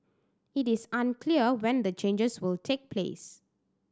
it is unclear when the changes will take place